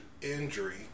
injury